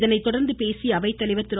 இதனை தொடர்ந்து பேசிய அவைத்தலைவர் திரு